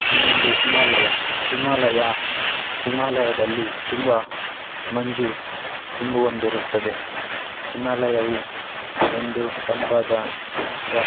ಇನ್ನೊಂದು ಹಿಮಾಲಯ ಹಿಮಾಲಯ ಹಿಮಾಲಯದಲ್ಲಿ ತುಂಬ ಮಂಜು ತುಂಬಿಕೊಂಡಿರುತ್ತದೆ ಹಿಮಾಲಯವು ಒಂದು ತಂಪಾದ ವಾ